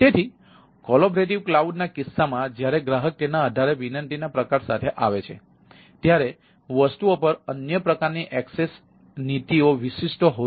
તેથી collaborative cloud ના કિસ્સામાં જ્યારે ગ્રાહક તેના આધારે વિનંતીના પ્રકાર સાથે આવે છે ત્યારે વસ્તુઓ પર અન્ય પ્રકારની એક્સેસ નીતિઓ વિશિષ્ટ હોય છે